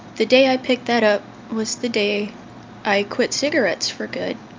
the day i picked that up was the day i quit cigarettes for good.